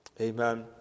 Amen